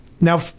Now